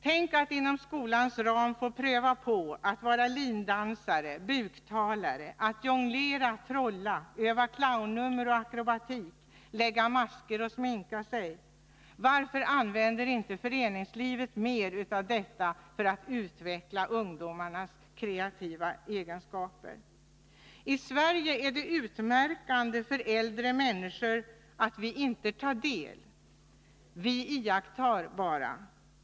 Tänk att inom skolans ram få pröva på att vara lindansare, buktalare, att jonglera, trolla, öva clownnummer och akrobatik, lägga masker och sminka 199 sig! Varför använder inte föreningslivet mer av detta för att utveckla ungdomarnas kreativa egenskaper? I Sverige är det utmärkande för äldre människor att vi inte tar del. Vi iakttar bara.